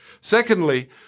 Secondly